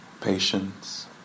patience